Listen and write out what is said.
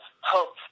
hope